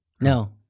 No